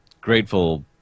grateful